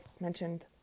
mentioned